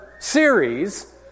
series